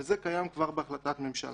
וזה קיים כבר בהחלטת ממשלה.